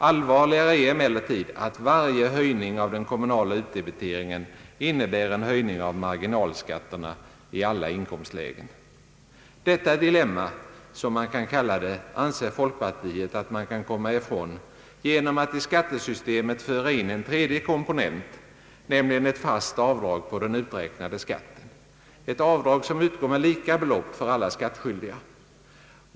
Allvarligare är emellertid att varje höjning av den kommunala utdebiteringen innebär en höjning av marginalskatterna i alla inkomstlä gen. Detta dilemma — som man kan kalla det — anser folkpartiet att man kan komma ifrån genom att i skattesystemet föra in en tredje komponent, nämligen ett fast avdrag på den uträknade skatten, ett avdrag som utgår med lika belopp för alla skattskyldiga.